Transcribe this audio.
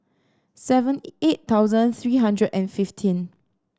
seven eight thousand three hundred and fifteen